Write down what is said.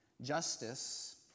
Justice